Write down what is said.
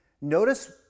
notice